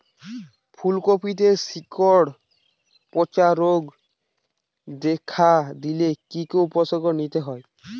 ফুলকপিতে শিকড় পচা রোগ দেখা দিলে কি কি উপসর্গ নিতে হয়?